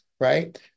right